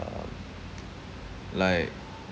~(um) like